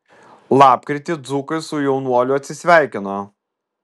lapkritį dzūkai su jaunuoliu atsisveikino